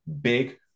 big